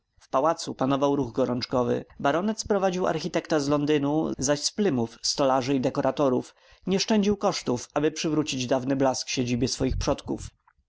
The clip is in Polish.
w pałacu panował ruch gorączkowy baronet sprowadził architekta z londynu zaś z plymouth stolarzy i dekoratorów nie szczędził kosztów aby przywrócić dawny blask siedzibie swoich przodków